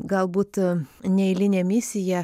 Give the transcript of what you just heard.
galbūt neeilinė misija